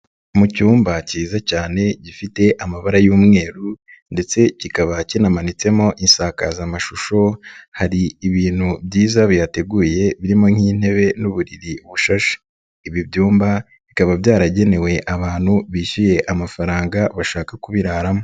Mu cyumba kiza cyane gifite amabara y'umweru ndetse kikaba kinamanitsemo isakazamashusho, hari ibintu byiza bihateguye birimo nk'intebe n'uburiri bushashe. Ibi byumba bikaba byaragenewe abantu bishyuye amafaranga bashaka kubiraramo.